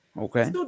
Okay